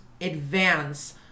advance